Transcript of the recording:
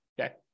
Okay